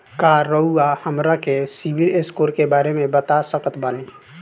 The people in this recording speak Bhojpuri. का रउआ हमरा के सिबिल स्कोर के बारे में बता सकत बानी?